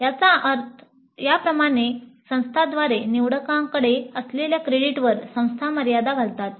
विद्यार्थी इतर विभागांद्वारे ऑफर केलेल्या निवडक निवडी निवडू शकतात